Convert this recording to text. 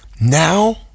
Now